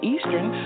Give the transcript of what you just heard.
Eastern